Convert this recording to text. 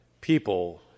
people